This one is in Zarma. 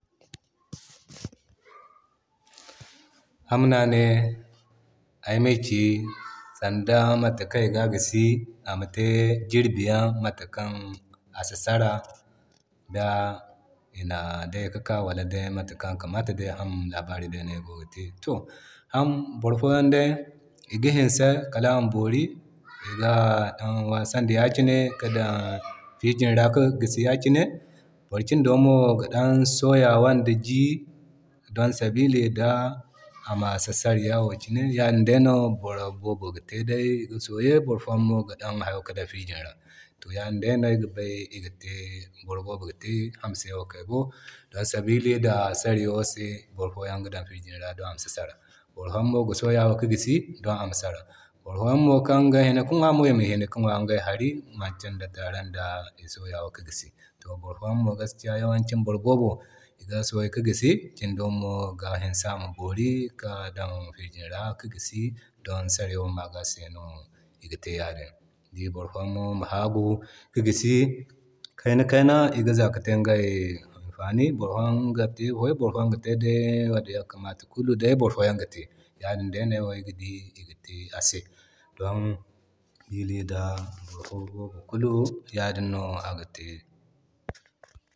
Ham no a ne ay ma ci sanda mata kan iga gisi ama te giribiyanŋ mata kan aman sara di na day ka kaa wala day matakaɲ kamata day, a labari day no ay gogi te. To boro foyan iga hinse kal ama boori iga a waasandi ya kine ka dan firinji ra ki gisi ya kine. Boro kindo mo ga dan soyawan da gii don sabili da ama sasare ya wo ki ne. Ya din day no boro boobo ga te day ga soye, boro fo yanmo ga te ga dan firinji ra. To ya din day no ay ga bay iga te boro boobo ga te. Don sabili da sari yawo se boro foyan ga dan firinji ra don amsi sara. Boro foyan mo ga soyawa ka gisi don amsi sara. Boro foyan mo kan ga hina ka ŋwa ima hina ka ŋwa iŋgay hari manti taren da i soyawa ki gisi. To boro foyan mo gaskiya yawanci iga sobay ki gisi. Kindo mo iga gisi ama boori ka dan firinji ra ki gisi don sara yan maga no iga te ya din. Ni ga di boro foyan mo iga haagu ki gisi, kayna kayna iga za ka te iŋgay amfani, boro yan ga te wo kul day kan Mata boro yan ga te. Yadin day no ay wo ga di iga te ase don te